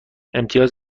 امتیاز